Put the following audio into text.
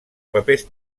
papers